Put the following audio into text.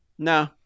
No